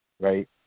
right